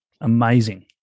amazing